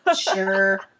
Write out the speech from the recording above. Sure